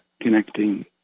connecting